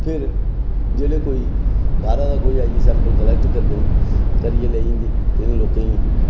फिर जेल्लै कोई बाह्रा दा आइयै सैंपल कलैक्ट करदे न करियै लेई जंदे न इ'नें लोकें दे